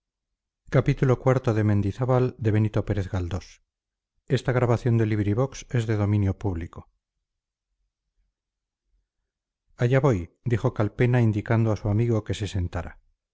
allá voy dijo calpena indicando a su amigo que se sentara